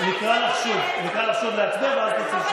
נקרא לך שוב להצביע ואז תצאי שוב.